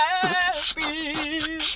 happy